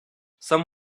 some